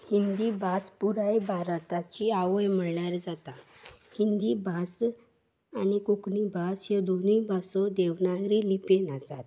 हिंदी भास पुराय भारताची आवय म्हणल्यार जाता हिंदी भास आनी कोंकणी भास ह्यो दोनूय भासो देवनागरी लिपयेन आसात